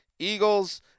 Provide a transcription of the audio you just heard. Eagles